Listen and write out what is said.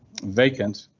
vacant